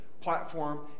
platform